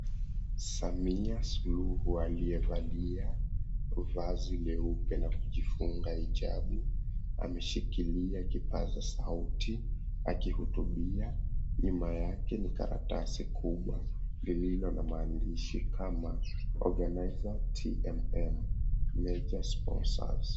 Samia Suluhu aliyevalia vazi leupe na kujifunga hijabu ameshikilia kipaza sauti akihutubia. Nyuma yake ni karatasi kubwa lililo na maandishi kama, Organiser TMM Major Sponsors.